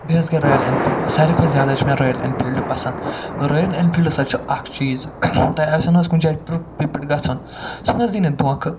بیٚیہِ حظ گٔے رایل اٮ۪نفیٖلڈ ساروی کھۄتہٕ زیادٕ حظ چھِ مےٚ رایل اٮ۪نفیٖلڈٕ پسنٛد روین اٮ۪نٛفیٖلڈٕ ہسا چھُ اکھ چیٖز تۄہہِ آسیو نَہ حظ کُنہِ جاے ٹٕرٛپہِ پٮ۪ٹھ گَژھُن سُہ نَہ حظ دِی دونٛکھہٕ